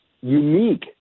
unique